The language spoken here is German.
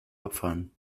abfahren